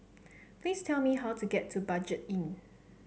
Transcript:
please tell me how to get to Budget Inn